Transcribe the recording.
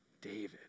David